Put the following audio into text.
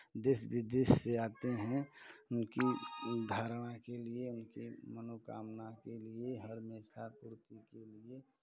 देश विदेश से आते हैं उनकी धारणा के लिए उनकी मनोकामना के लिए हमेशा पूर्ति के लिए